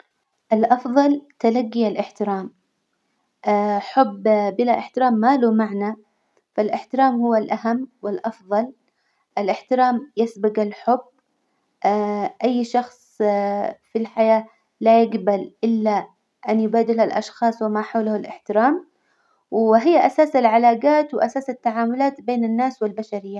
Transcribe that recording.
الأفظل تلجي الإحترام حب بلا إحترام ما له معنى، فالإحترام هو الأهم والأفظل، الإحترام يسبج الحب أي شخص في الحياة لا يجبل إلا أن يبادله الأشخاص وما حوله الإحترام، وهي أساس العلاجات، وأساس التعاملات بين الناس والبشرية.